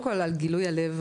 קודם כל על גילוי הלב,